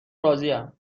راضیم